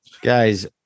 Guys